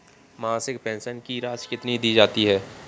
मासिक पेंशन की राशि कितनी दी जाती है?